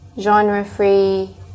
genre-free